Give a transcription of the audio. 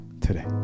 today